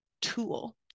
tool